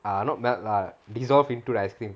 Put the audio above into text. err not melt lah dissolve into the ice cream